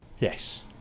yes